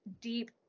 deep